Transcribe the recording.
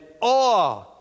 awe